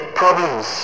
problems